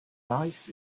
life